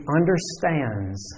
understands